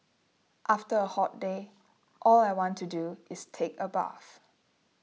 after a hot day all I want to do is take a bath